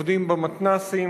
עובדים במתנ"סים,